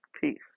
Peace